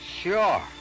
Sure